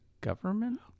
government